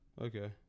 Okay